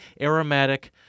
aromatic